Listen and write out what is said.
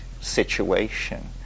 situation